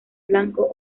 blanco